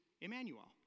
Emmanuel